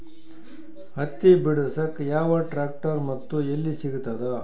ಹತ್ತಿ ಬಿಡಸಕ್ ಯಾವ ಟ್ರ್ಯಾಕ್ಟರ್ ಮತ್ತು ಎಲ್ಲಿ ಸಿಗತದ?